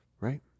Right